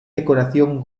decoración